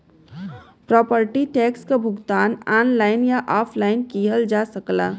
property tax क भुगतान online या ऑफलाइन किहल जा सकला